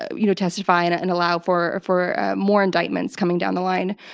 you know, testifying, and allow for for more indictments coming down the line.